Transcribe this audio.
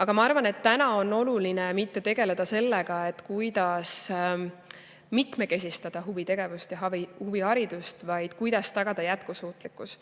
Aga ma arvan, et täna on oluline mitte tegeleda sellega, kuidas mitmekesistada huvitegevust ja huviharidust, vaid kuidas tagada jätkusuutlikkus.